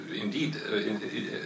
indeed